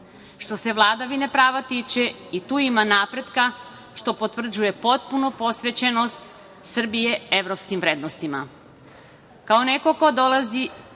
se vladavine prava tiče, i tu ima napretka, što potvrđuje potpunu posvećenost Srbije evropskim vrednostima. Kao